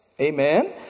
Amen